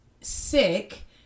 sick